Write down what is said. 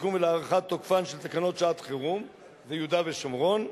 לתיקון ולהארכת תוקפן של תקנות שעת-חירום (יהודה והשומרון,